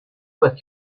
soient